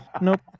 Nope